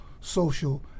social